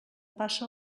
passa